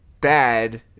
bad